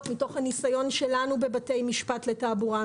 מתוך הניסיון שלנו בבתי משפט לתעבורה,